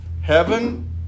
Heaven